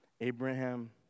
Abraham